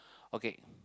okay